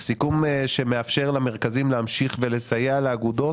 סיכום שמאפשר למרכזים להמשיך ולסייע לאגודות